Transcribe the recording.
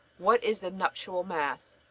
what is the nuptial mass?